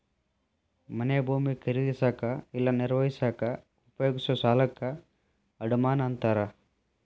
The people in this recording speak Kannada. ಮನೆ ಭೂಮಿ ಖರೇದಿಸಕ ಇಲ್ಲಾ ನಿರ್ವಹಿಸಕ ಉಪಯೋಗಿಸೊ ಸಾಲಕ್ಕ ಅಡಮಾನ ಅಂತಾರ